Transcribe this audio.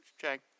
Jack